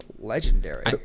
legendary